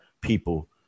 people